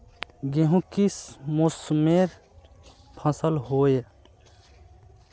गेहूँ किस मौसमेर फसल होय?